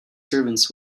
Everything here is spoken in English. servants